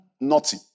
naughty